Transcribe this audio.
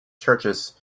churches